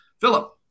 Philip